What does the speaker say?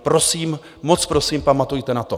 Prosím, moc prosím, pamatujte na to.